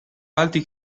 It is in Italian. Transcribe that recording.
alti